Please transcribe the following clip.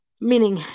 Meaning